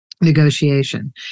negotiation